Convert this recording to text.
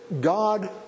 God